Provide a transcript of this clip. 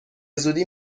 زودی